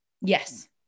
yes